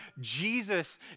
Jesus